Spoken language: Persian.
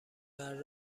مرد